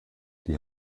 die